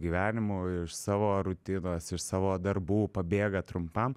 gyvenimo iš savo rutinos iš savo darbų pabėga trumpam